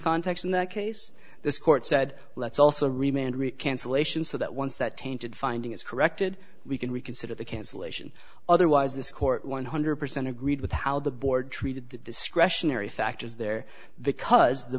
context in that case this court said let's also remained cancellation so that once that tainted finding is corrected we can reconsider the cancellation otherwise this court one hundred percent agreed with how the board treated the discretionary factors there because the